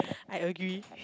I agree